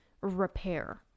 repair